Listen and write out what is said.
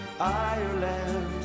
Ireland